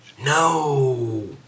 No